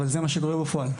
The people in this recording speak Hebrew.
אבל הוא קורה בפועל.